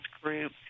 group